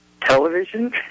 television